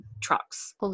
trucks